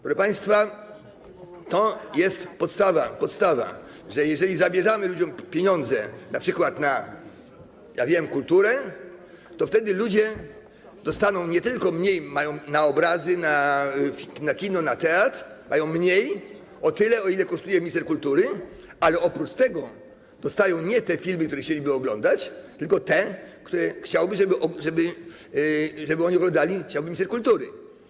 Proszę państwa, to jest podstawa: jeżeli zabieramy ludziom pieniądze np. na, ja wiem, kulturę, to wtedy ludzie dostaną nie tylko mniej, mają mniej na obrazy, na kino, na teatr - mają mniej o tyle, ile kosztuje minister kultury - ale oprócz tego dostają nie te filmy, które chcieliby oglądać, tylko te, które chciałby, żeby oni oglądali, minister kultury.